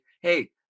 hey